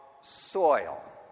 soil